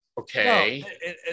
Okay